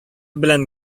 белән